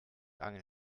angel